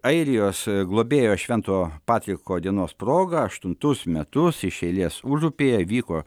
airijos globėjo švento patriko dienos proga aštuntus metus iš eilės užupyje vyko